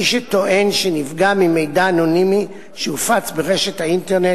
מי שטוען שנפגע ממידע אנונימי שהופץ ברשת האינטרנט,